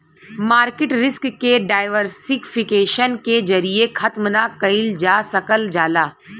market risk के diversification के जरिये खत्म ना कइल जा सकल जाला